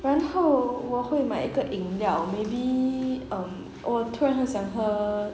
然后我会买一个饮料 maybe um 我突然会想喝